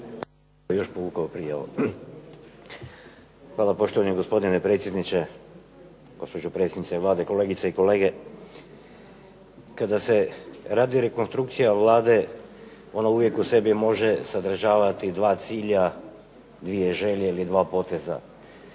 - Stranka rada)** Hvala, poštovani gospodine predsjedniče. Gospođo predsjednice Vlade, kolegice i kolege. Kada se radi rekonstrukcija Vlade ona uvijek u sebi može sadržavati dva cilja, dvije želje ili dva poteza